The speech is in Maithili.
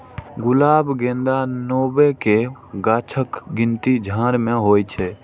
गुलाब, गेंदा, नेबो के गाछक गिनती झाड़ मे होइ छै